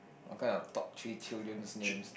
what kind of top three children's names